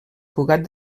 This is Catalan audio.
cugat